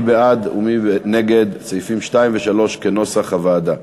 מי בעד ומי נגד סעיפים 2 ו-3 כנוסח הוועדה?